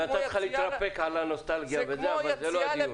נתתי לך להתרפק על הנוסטלגיה, אבל זה לא הדיון.